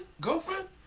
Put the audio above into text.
Girlfriend